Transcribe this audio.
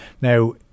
Now